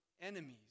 enemies